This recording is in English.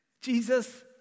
Jesus